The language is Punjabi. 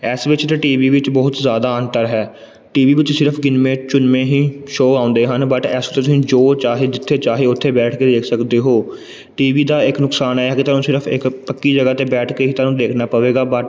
ਇਸ ਵਿੱਚ ਟ ਟੀ ਵੀ ਵਿੱਚ ਬਹੁਤ ਜ਼ਿਆਦਾ ਅੰਤਰ ਹੈ ਟੀ ਵੀ ਵਿੱਚ ਸਿਰਫ ਗਿਣਵੇਂ ਚੁਣਵੇਂ ਹੀ ਸ਼ੋ ਆਉਂਦੇ ਹਨ ਬਟ ਇਸ 'ਚੋਂ ਤੁਸੀਂ ਜੋ ਚਾਹੇ ਜਿੱਥੇ ਚਾਹੇ ਉੱਥੇ ਬੈਠ ਕੇ ਦੇਖ ਸਕਦੇ ਹੋ ਟੀ ਵੀ ਦਾ ਇੱਕ ਨੁਕਸਾਨ ਇਹ ਹੈ ਕਿ ਤੁਹਾਨੂੰ ਸਿਰਫ ਇੱਕ ਪੱਕੀ ਜਗ੍ਹਾ 'ਤੇ ਬੈਠ ਕੇ ਹੀ ਤੁਹਾਨੂੰ ਦੇਖਣਾ ਪਵੇਗਾ ਬਟ